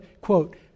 quote